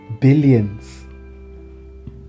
billions